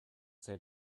say